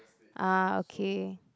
ah okay